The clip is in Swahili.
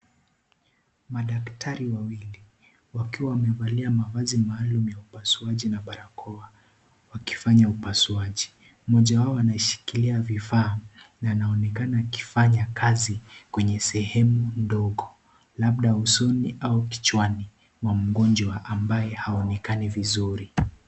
Madaktari wawili wakiwa wamevalia mavazi maalum ya upasuaji na barakoa wakifanya upasuaji mmoja wao anashikilia vifaa na anaonekana akifanya kazi kwenye sehemu ndogo labda usoni au kichwani mwa mgonjwa ambaye haonekani vizuri.